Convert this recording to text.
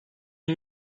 new